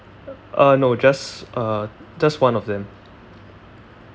uh no just uh just one of them